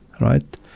right